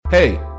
Hey